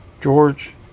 George